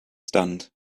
stand